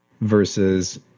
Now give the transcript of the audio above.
Versus